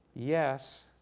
Yes